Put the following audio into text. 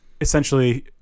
essentially